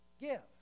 Give